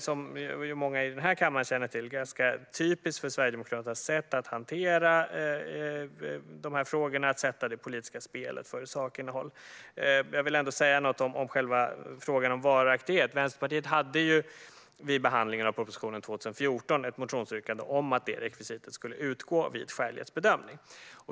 Som många i denna kammare känner till är detta ganska typiskt för Sverigedemokraternas sätt att hantera dessa frågor och sätta det politiska spelet före sakinnehåll. Jag vill säga något om varaktighet. Vänsterpartiet hade vid behandlingen av propositionen 2014 ett motionsyrkande om att detta rekvisit skulle utgå vid skälighetsbedömning.